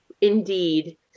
indeed